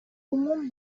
عموم